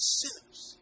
sinners